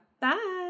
Bye